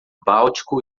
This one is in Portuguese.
báltico